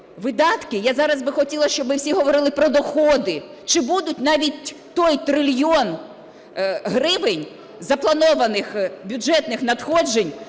видатки, я зараз би хотіла, щоб ми всі говорили про доходи. Чи буде навіть той трильйон гривень запланованих бюджетних надходжень